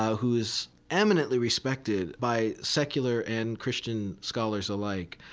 who is eminently respected by secular and christian scholars alike,